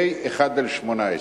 פ/1/18.